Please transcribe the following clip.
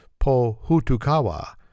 pohutukawa